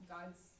God's